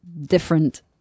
different